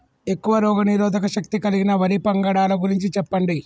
ఎక్కువ రోగనిరోధక శక్తి కలిగిన వరి వంగడాల గురించి చెప్పండి?